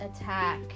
attack